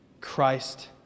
Christ